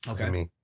Okay